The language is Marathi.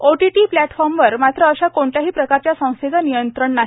ओटीटी प्लप्रफोर्मस्वर मात्र अशा कोणत्याही प्रकारच्या संस्थेचं नियंत्रण नाही